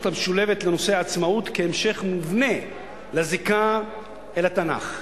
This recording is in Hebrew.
המשולבת לנושא העצמאות כהמשך מובנה לזיקה אל התנ"ך,